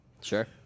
Sure